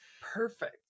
perfect